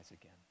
again